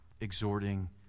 exhorting